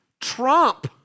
trump